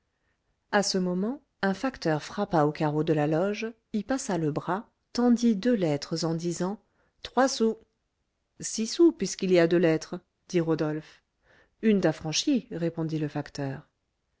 à ce moment un facteur frappa aux carreaux de la loge y passa le bras tendit deux lettres en disant trois sous six sous puisqu'il y a deux lettres dit rodolphe une d'affranchie répondit le facteur